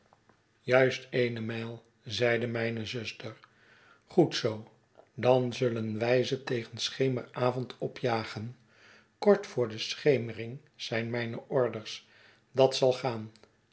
juist eene mijl zeide mijne zuster goed zoo dan zullen wij ze tegen schemeravond opjagen kort voor de schemering zijn mijne orders dat zal gaan